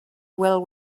well